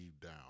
down